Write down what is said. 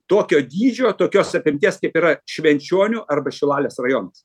tokio dydžio tokios apimties kaip yra švenčionių arba šilalės rajonas